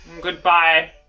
Goodbye